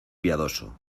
piadoso